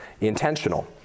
intentional